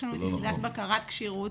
יש לנו את יחידת בקרת כשירות,